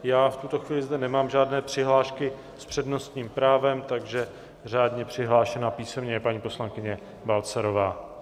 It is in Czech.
V tuto chvíli zde nemám žádné přihlášky s přednostním právem, takže řádně přihlášená písemně je paní poslankyně Balcarová.